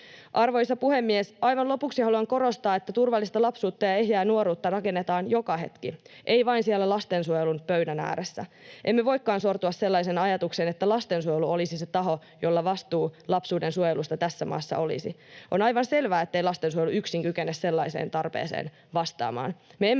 Arvoisa puhemies! Aivan lopuksi haluan korostaa, että turvallista lapsuutta ja ehjää nuoruutta rakennetaan joka hetki, ei vain siellä lastensuojelun pöydän ääressä. Emme voikaan sortua sellaiseen ajatukseen, että lastensuojelu olisi se taho, jolla vastuu lapsuuden suojelusta tässä maassa olisi. On aivan selvää, ettei lastensuojelu yksin kykene sellaiseen tarpeeseen vastaamaan.